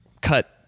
cut